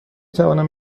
توانم